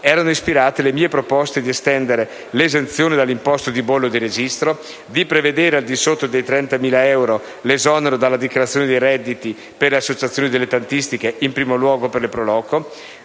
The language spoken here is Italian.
erano ispirate le mie proposte di estendere l'esenzione dall'imposta di bollo e di registro; di prevedere, al di sotto dei 30.000 euro, l'esonero dalla dichiarazione dei redditi per le associazioni dilettantistiche, in primo luogo per le *pro loco*;